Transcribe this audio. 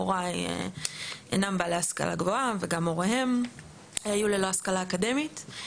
הוריי אינם בעלי השכלה גבוהה וגם הוריהם היו ללא השכלה אקדמית,